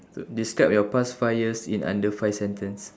describe your past five years in under five sentence